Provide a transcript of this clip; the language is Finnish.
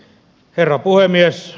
herra puhemies